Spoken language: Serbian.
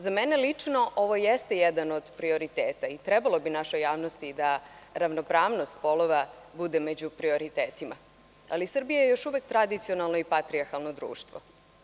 Za mene lično ovo jeste jedan od prioriteta i trebalo bi našoj javnosti da ravnopravnost polova bude među prioritetima, ali Srbija je još uvek tradicionalno i patrijarhalno društvo.